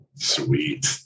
Sweet